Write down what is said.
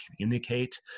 communicate